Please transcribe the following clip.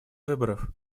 выборов